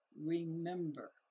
remember